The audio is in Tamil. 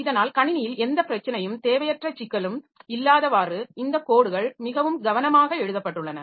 இதனால் கணினியில் எந்த பிரச்சனையும் தேவையற்ற சிக்கலும் இல்லாதவாறு இந்த கோட்கள் மிகவும் கவனமாக எழுதப்பட்டுள்ளன